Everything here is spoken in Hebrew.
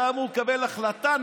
אתה אמור לקבל החלטה בתיק,